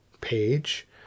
page